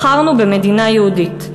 בחרנו במדינה יהודית.